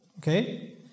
Okay